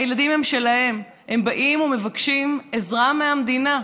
הילדים הם שלהם, הם באים ומבקשים עזרה מהמדינה,